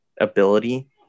ability